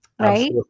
Right